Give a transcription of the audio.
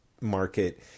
market